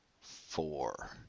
four